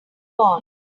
gone